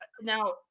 now